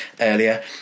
earlier